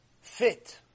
fit